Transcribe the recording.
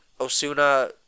Osuna